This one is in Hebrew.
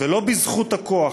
ולא בזכות הכוח.